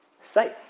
safe